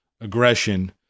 aggression